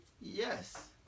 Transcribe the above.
Yes